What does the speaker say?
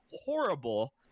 horrible